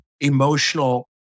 emotional